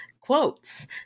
quotes